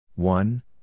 One